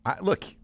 look